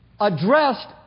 addressed